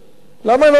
למה אנחנו צריכים,